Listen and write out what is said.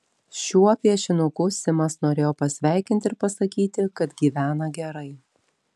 šiuo piešinuku simas norėjo pasisveikinti ir pasakyti kad gyvena gerai